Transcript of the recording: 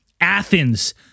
Athens